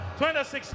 26